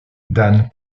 dan